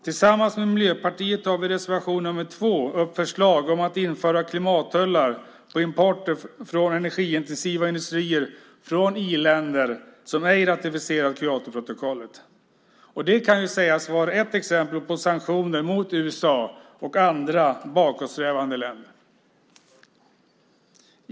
Tillsammans med Miljöpartiet tar vi i reservation nr 2 upp förslag om att införa klimattullar på importer från energiintensiva industrier från i-länder som inte ratificerat Kyotoprotokollet, och det kan ju sägas vara ett exempel på sanktioner mot USA och andra bakåtsträvande länder.